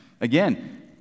Again